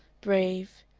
brave,